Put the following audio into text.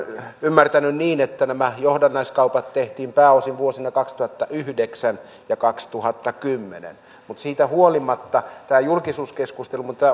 ymmärtänyt niin että nämä johdannaiskaupat tehtiin pääosin vuosina kaksituhattayhdeksän ja kaksituhattakymmenen mutta siitä huolimatta tämä julkisuuskeskustelu mitä